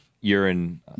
urine